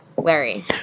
Larry